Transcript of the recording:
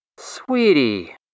Sweetie